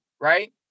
right